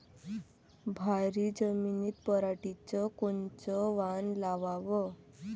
भारी जमिनीत पराटीचं कोनचं वान लावाव?